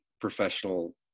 professional